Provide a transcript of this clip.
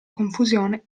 confusione